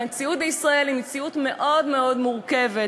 המציאות בישראל היא מציאות מאוד מאוד מורכבת,